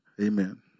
Amen